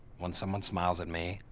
once someone smiles at me,